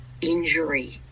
injury